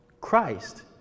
Christ